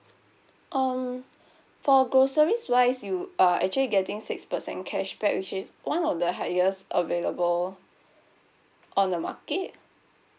um for groceries wise you are actually getting six percent cashback which is one of the highest available on the market